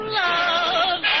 love